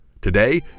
Today